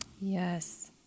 yes